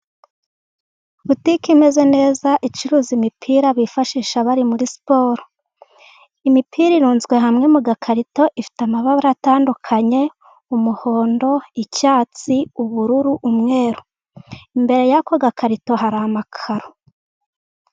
Butike imeze neza icuruza imipira bifashisha, ba muri siporo, imipira irunzwe hamwe mu gakarito ifite amara atandukanye: umuhondo, icyatsi, ubururu, umweru imbere yako gakarito hari amakaro.